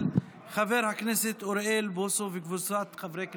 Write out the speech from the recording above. של חבר הכנסת אוריאל בוסו וקבוצת חברי הכנסת.